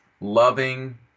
loving